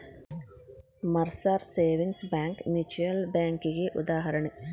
Mercer savings bank mutual ಬ್ಯಾಂಕಿಗಿ ಉದಾಹರಣಿ